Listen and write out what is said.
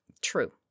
True